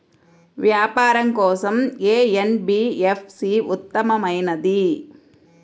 వ్యాపారం కోసం ఏ ఎన్.బీ.ఎఫ్.సి ఉత్తమమైనది?